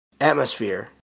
atmosphere